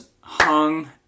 hung